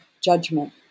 judgment